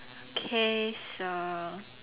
okay so